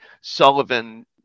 Sullivan